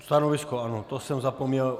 Stanovisko, ano, to jsem zapomněl.